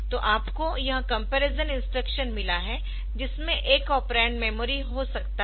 तो आपको यह कंपैरिजन इंस्ट्रक्शन मिला है जिसमे एक ऑपरेंड मेमोरी हो सकता है